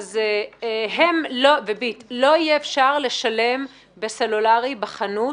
אי אפשר יהיה לשלם בסלולרי בחנות